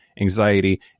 anxiety